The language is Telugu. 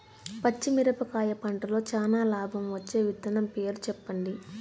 పచ్చిమిరపకాయ పంటలో చానా లాభం వచ్చే విత్తనం పేరు చెప్పండి?